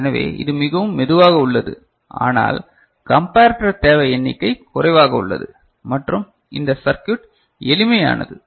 எனவே இது மிகவும் மெதுவாக உள்ளது ஆனால் கம்பரடர் தேவை எண்ணிக்கை குறைவாக உள்ளது மற்றும் இந்த சர்க்யூட் எளிமையானது